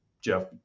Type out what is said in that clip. Jeff